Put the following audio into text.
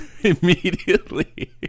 immediately